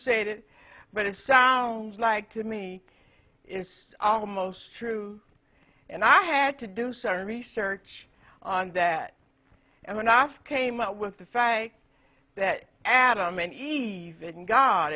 it but it sounds like to me it's almost true and i had to do some research on that and when i came out with the fact that adam and eve and god